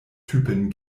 typen